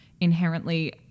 inherently